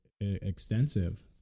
extensive